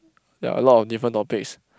there are a lot of different topics